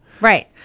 Right